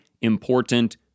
important